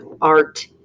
art